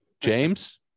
James